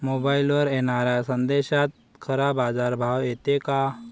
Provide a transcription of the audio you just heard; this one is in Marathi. मोबाईलवर येनाऱ्या संदेशात खरा बाजारभाव येते का?